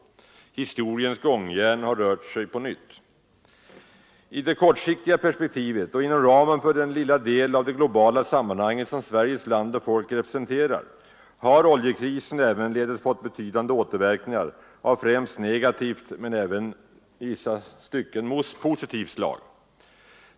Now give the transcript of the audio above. Historiens gångjärn har på nytt rört sig. I det kortsiktiga perspektivet och inom ramen för den lilla del av det globala sammanhanget som Sveriges land och folk representerar har oljekrisen ävenledes fått betydande återverkningar av främst negativt men i vissa stycken även positivt slag.